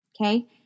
okay